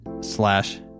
slash